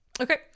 okay